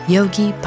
Yogi